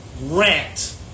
rant